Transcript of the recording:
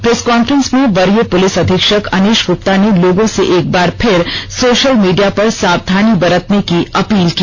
press conference में वरीय police अधीक्षक अनीश गुप्ता ने लोगों से एक बार फिर सोशल मीडिया पर सावधानी बरतने की अपील की